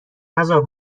نزار